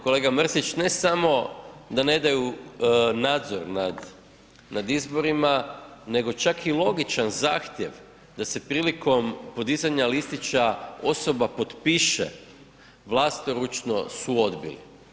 Kolega Mrsić ne samo da ne daju nadzor nad izborima, nego čak i logičan zahtjev da se prilikom podizanja listića osoba potpiše vlastoručno su odbili.